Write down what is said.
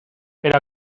pero